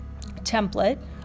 template